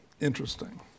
interesting